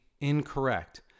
incorrect